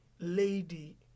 lady